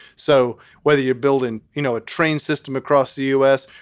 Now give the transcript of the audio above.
so whether you're building, you know, a train system across the u s.